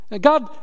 God